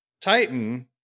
Titan